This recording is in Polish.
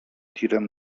tirem